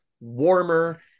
warmer